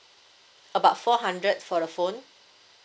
about four hundred for the phone